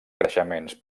creixements